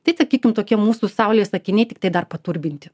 tai sakytum tokie mūsų saulės akiniai tiktai dar paturbinti